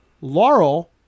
Laurel